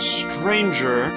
stranger